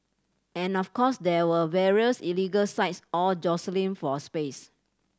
and of course there are various illegal sites all jostling for a space